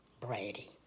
Brady